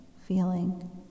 feeling